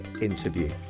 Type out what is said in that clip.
interview